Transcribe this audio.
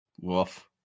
Woof